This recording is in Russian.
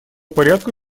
порядку